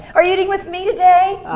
are you eating with me today?